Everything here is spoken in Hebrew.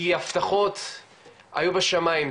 כי הבטחות היו בשמיים,